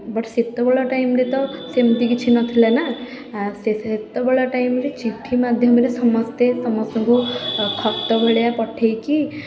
but ସେତବେଳ ଟାଇମ୍ରେ ତ ସେମିତି କିଛି ନଥିଲା ନା ଆ ସେ ସେତେବେଳ ଟାଇମ୍ରେ ଚିଠି ମାଧ୍ୟମରେ ସମସ୍ତେ ସମସ୍ତଙ୍କୁ ଫଟୋ ଭଳିଆ ପଠେଇକି